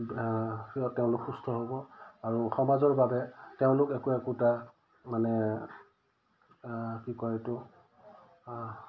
সিহঁত তেওঁলোক সুস্থ হ'ব আৰু সমাজৰ বাবে তেওঁলোক একো একোটা মানে কি কয় এইটো